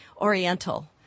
Oriental